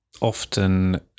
often